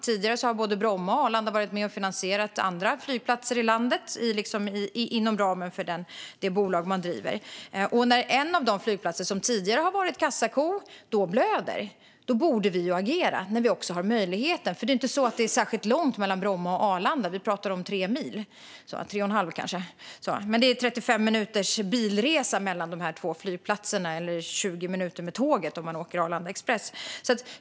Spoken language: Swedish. Tidigare har både Bromma och Arlanda varit med och finansierat andra flygplatser i landet inom ramen för bolaget. När en av de flygplatser som tidigare har varit kassako blöder borde vi agera. Det är ju inte särskilt långt mellan Bromma och Arlanda. Vi pratar om 3 mil eller kanske 3,5 mil. Det är 35 minuters bilresa mellan flygplatserna eller 20 minuter med tåget om man åker med Arlanda Express.